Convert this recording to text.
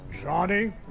Johnny